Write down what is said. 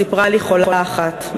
סיפרה לי חולה אחת,